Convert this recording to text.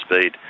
speed